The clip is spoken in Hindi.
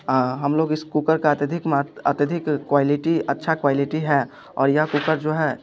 हम लोग इस कुकर का अत्यधिक महत्त्व अत्यधिक क्वालिटी अच्छा क्वालिटी है और यह कुकर जो है